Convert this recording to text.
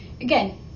Again